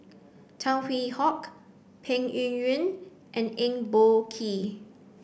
Tan Hwee Hock Peng Yuyun and Eng Boh Kee